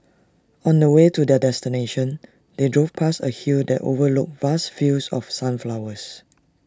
on the way to their destination they drove past A hill that overlooked vast fields of sunflowers